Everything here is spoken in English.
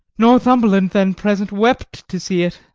northumberland, then present, wept to see it.